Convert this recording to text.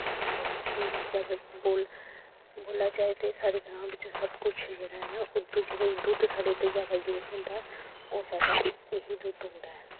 अच्छी मतलब बोल बोलेआ जाए ते साढ़े ग्रांऽ बिच्च सब कुछ जेह्ड़ा ऐ ओह् दुद्ध जेह्ड़ा साढ़े इत्थें जादा य़ूस होंदा ऐ ओह् साढ़ा एह् ही दुद्ध होंदा ऐ